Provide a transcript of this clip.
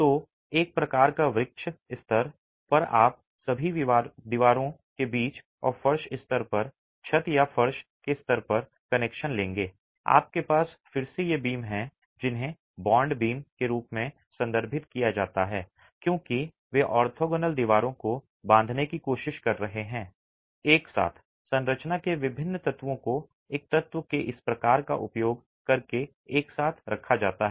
तो एक प्रकार का वृक्ष स्तर पर आप सभी दीवारों के बीच और फर्श स्तर पर छत या फर्श के स्तर पर कनेक्शन लेंगे आपके पास फिर से ये बीम हैं जिन्हें बॉन्ड बीम के रूप में संदर्भित किया जाता है क्योंकि वे ऑर्थोगोनल दीवारों को बांधने की कोशिश कर रहे हैं एक साथ संरचना के विभिन्न तत्वों को एक तत्व के इस प्रकार का उपयोग करके एक साथ रखा जाता है